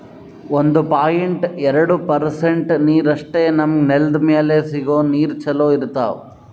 ಒಂದು ಪಾಯಿಂಟ್ ಎರಡು ಪರ್ಸೆಂಟ್ ನೀರಷ್ಟೇ ನಮ್ಮ್ ನೆಲ್ದ್ ಮ್ಯಾಲೆ ಸಿಗೋ ನೀರ್ ಚೊಲೋ ಇರ್ತಾವ